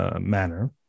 manner